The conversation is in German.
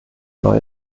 neu